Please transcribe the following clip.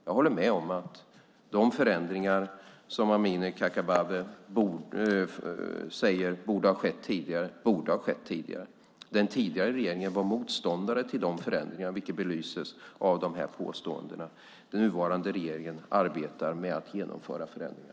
Jag håller med om att de förändringar som Amineh Kakabaveh säger borde ha skett tidigare borde ha skett tidigare. Den tidigare regeringen var motståndare till dessa förändringar, vilket belyses av dessa påståenden. Den nuvarande regeringen arbetar med att genomföra förändringar.